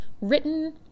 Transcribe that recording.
written